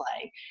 play